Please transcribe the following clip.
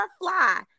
fly